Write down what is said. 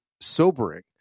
sobering